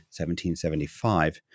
1775